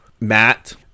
Matt